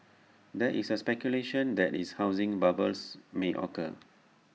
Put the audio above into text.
there is speculation that is housing bubbles may occur